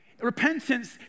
Repentance